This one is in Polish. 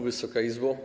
Wysoka Izbo!